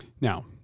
now